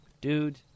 Dude